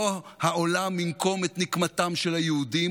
לא העולם ינקום את נקמתם של היהודים,